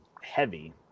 heavy